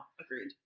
Agreed